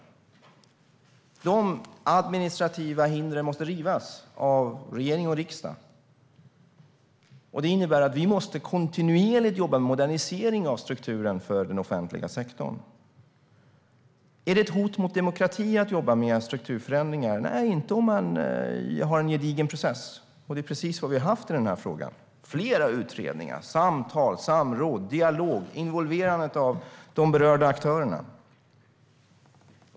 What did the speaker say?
De administrativa hindren måste rivas av regering och riksdag. Det innebär att vi kontinuerligt måste jobba med modernisering av strukturen för den offentliga sektorn. Är det ett hot mot demokratin att jobba med strukturförändringar? Nej, inte om man har en gedigen process, och det är precis vad vi har haft i den här frågan. Det har varit flera utredningar, samtal, samråd, dialog och involverande av de berörda aktörerna.